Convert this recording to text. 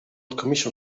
commission